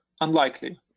Unlikely